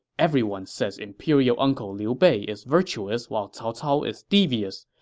everyone says imperial uncle liu bei is virtuous while cao cao is devious.